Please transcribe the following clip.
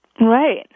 Right